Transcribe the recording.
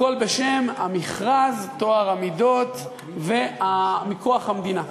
הכול בשם המכרז, טוהר המידות, ומכוח המדינה.